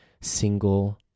single